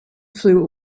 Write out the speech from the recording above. flew